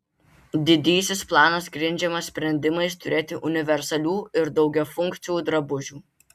didysis planas grindžiamas sprendimais turėti universalių ir daugiafunkcių drabužių